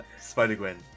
Spider-Gwen